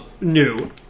new